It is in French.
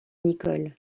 nicholl